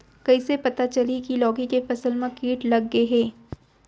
कइसे पता चलही की लौकी के फसल मा किट लग गे हे?